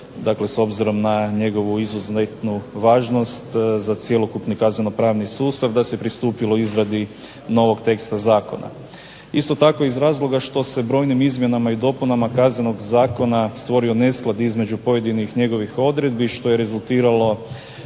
dakle s obzirom na njegovu izuzetnu važnost za cjelokupni kazneno-pravni sustav da se pristupilo izradi novog teksta zakona. Isto tako iz razloga što se brojnim izmjenama i dopunama Kaznenog zakona stvorio nesklad između pojedinih njegovih odredbi što je rezultiralo